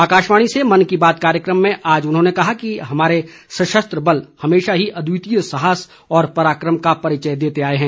आकाशवाणी से मन की बात कार्यक्रम में आज उन्होंने कहा कि हमारे सशस्त्र बल हमेशा ही अद्वितीय साहस और पराक्रम का परिचय देते आए हैं